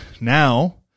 now